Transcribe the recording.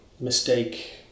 mistake